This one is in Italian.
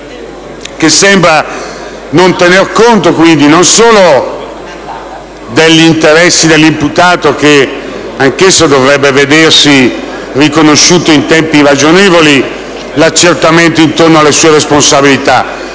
sembra non tener conto non solo dell'interesse dell'imputato che dovrebbe vedersi riconosciuto in tempi ragionevoli l'accertamento intorno alle sue responsabilità,